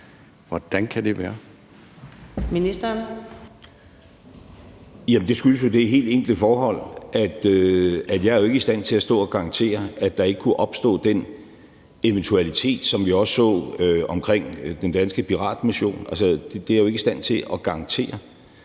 (Lars Løkke Rasmussen): Det skyldes det helt enkle forhold, at jeg jo ikke er i stand til at stå og garantere, at der ikke kunne opstå den eventualitet, som vi også så omkring den danske piratmission. Det er jeg jo ikke i stand til at garantere.